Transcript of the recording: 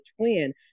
twin